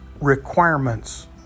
requirements